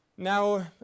Now